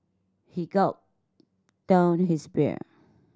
he gulped down his beer